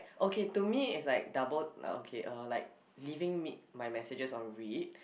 okay to me is like double uh okay uh like leaving me my messages on read